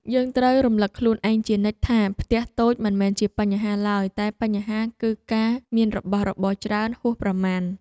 យើងត្រូវរំលឹកខ្លួនឯងជានិច្ចថាផ្ទះតូចមិនមែនជាបញ្ហាឡើយតែបញ្ហាគឺការមានរបស់របរច្រើនហួសប្រមាណ។